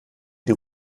die